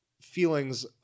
feelings